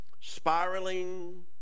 spiraling